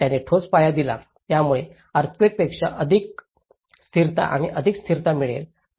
त्यांनी ठोस पाया दिला ज्यामुळे अर्थक्वेकपेक्षा अधिक स्थिरता आणि अधिक स्थिरता मिळेल